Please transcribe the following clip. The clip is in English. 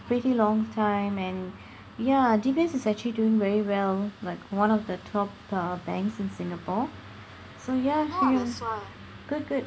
pretty long time and ya D_B_S is actually doing very well like one of the top uh banks in Singapore so ya good good